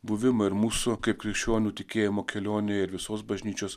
buvimą ir mūsų kaip krikščionių tikėjimo kelionę ir visos bažnyčios